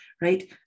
right